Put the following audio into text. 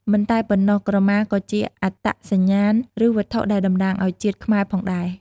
មិនតែប៉ុណ្ណោះក្រមា ក៏ជាអត្តសញ្ញាណ ឬវត្ថុដែលតំណាងឲ្យជាតិខ្មែរផងដែរ។